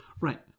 Right